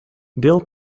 dill